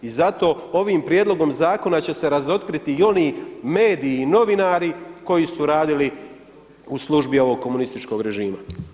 I zato ovim prijedlogom zakona će se razotkriti i oni mediji i novinari koji su radili u službi ovog komunističkog režima.